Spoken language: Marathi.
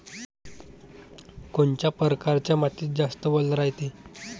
कोनच्या परकारच्या मातीत जास्त वल रायते?